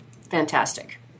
fantastic